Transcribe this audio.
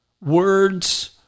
Words